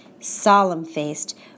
Solemn-faced